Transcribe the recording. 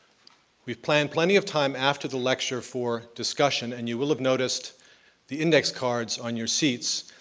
we've planned plenty of time after the lecture for discussion, and you will have noticed the index cards on your seats.